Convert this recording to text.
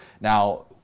Now